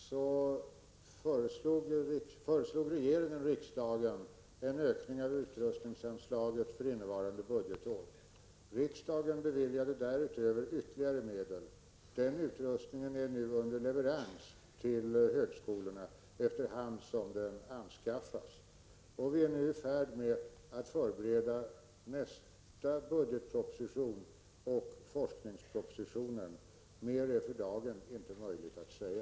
Herr talman! Som jag nämnde har regeringen lagt fram ett förslag till riksdagen om en ökning av utrustningsanslaget för innevarande budgetår. Riksdagen beviljade därutöver ytterligare medel. Utrustning är, allteftersom sådan anskaffas, under leverans till högskolorna, och vi är nu i färd med att förbereda nästa budgetproposition samt forskningspropositionen. Mer är det för dagen inte möjligt att säga.